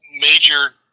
major